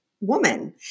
woman